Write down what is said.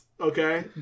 okay